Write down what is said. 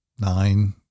nine